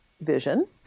vision